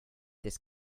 this